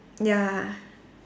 ya